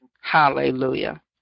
Hallelujah